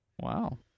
wow